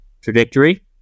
trajectory